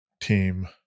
team